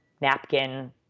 napkin